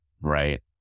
Right